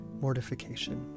mortification